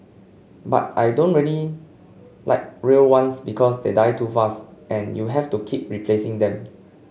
but I don't ready like real ones because they die too fast and you have to keep replacing them